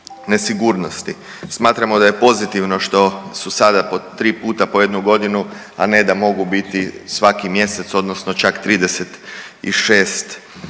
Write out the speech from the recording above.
nesigurnosti. Smatramo da je pozitivo što su sada po 3 puta po jednu godinu, a ne da mogu biti svaki mjesec odnosno čak 36